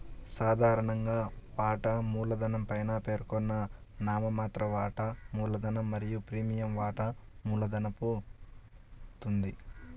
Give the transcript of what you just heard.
సాధారణంగా, వాటా మూలధనం పైన పేర్కొన్న నామమాత్ర వాటా మూలధనం మరియు ప్రీమియం వాటా మూలధనమవుతుంది